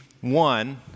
one